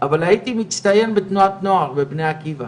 אבל הייתי מצטיין בתנועת נוער בבני עקיבא